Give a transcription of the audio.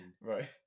Right